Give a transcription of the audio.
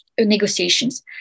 negotiations